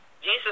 Jesus